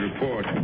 report